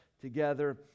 together